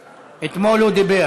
בעד,